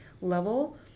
level